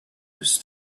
was